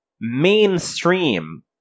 mainstream